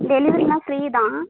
டெலிவரியெலாம் free தான்